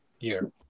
year